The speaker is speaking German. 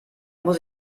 muss